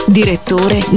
direttore